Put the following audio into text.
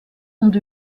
und